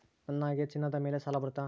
ನನಗೆ ಚಿನ್ನದ ಮೇಲೆ ಸಾಲ ಬರುತ್ತಾ?